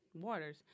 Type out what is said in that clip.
waters